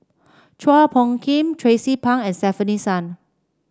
Chua Phung Kim Tracie Pang and Stefanie Sun